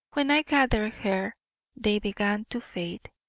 when i gathered her they began to fade.